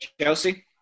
Chelsea